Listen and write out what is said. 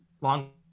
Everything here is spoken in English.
long